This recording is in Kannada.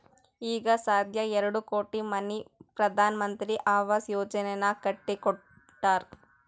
ಈಗ ಸಧ್ಯಾ ಎರಡು ಕೋಟಿ ಮನಿ ಪ್ರಧಾನ್ ಮಂತ್ರಿ ಆವಾಸ್ ಯೋಜನೆನಾಗ್ ಕಟ್ಟಿ ಕೊಟ್ಟಾರ್